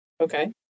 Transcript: Okay